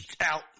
Out